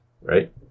right